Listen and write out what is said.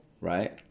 Right